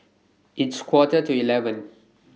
its Quarter to eleven